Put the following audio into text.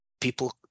people